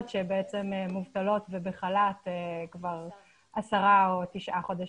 שבעצם מובטלות ובחל"ת כבר עשרה או תשעה חודשים.